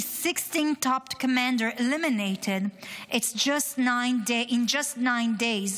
16 top commanders eliminated in just nine days,